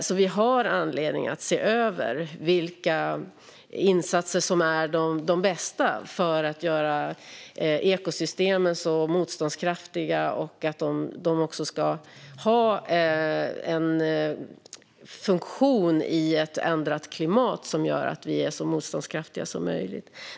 Vi har alltså anledning att se över vilka insatser som är de bästa för att göra ekosystemen så motståndskraftiga som möjligt och se till att de har en funktion i ett ändrat klimat som gör att vi är så motståndskraftiga som möjligt.